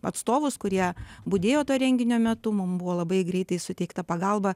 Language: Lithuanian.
atstovus kurie budėjo to renginio metu mum buvo labai greitai suteikta pagalba